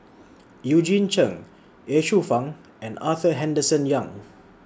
Eugene Chen Ye Shufang and Arthur Henderson Young